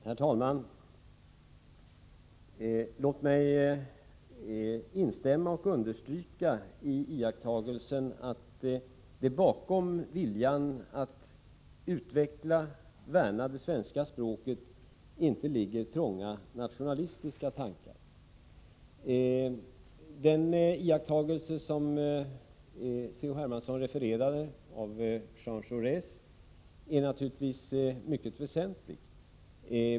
Herr talman! Låt mig instämma i och understryka iakttagelsen att det bakom viljan att utveckla och värna det svenska språket inte ligger trånga nationalistiska tankar. Jean Jaurés iakttagelse, som C.-H. Hermansson refererade, är naturligtvis mycket väsentlig.